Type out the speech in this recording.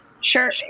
Sure